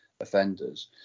offenders